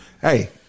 Hey